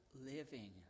living